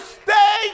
stay